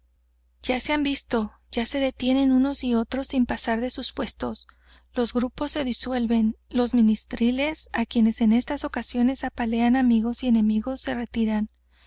ya se han visto ya se detienen unos y otros sin pasar de sus puestos los grupos se disuelven los ministriles á quienes en estas ocasiones apalean amigos y enemigos se retiran